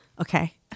Okay